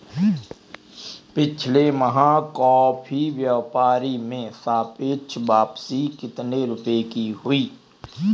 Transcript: पिछले माह कॉफी व्यापार में सापेक्ष वापसी कितने रुपए की हुई?